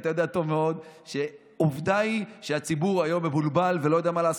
אתה יודע טוב מאוד שעובדה היא שהציבור היום מבולבל ולא יודע מה לעשות.